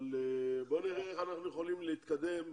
בו נראה איך אנחנו יכולים להתקדם.